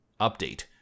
update